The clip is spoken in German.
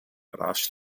rasch